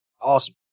awesome